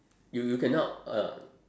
you you cannot uh